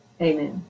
Amen